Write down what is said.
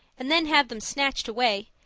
and then have them snatched away,